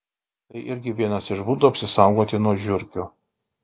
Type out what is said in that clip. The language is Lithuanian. tai irgi vienas iš būdų apsisaugoti nuo žiurkių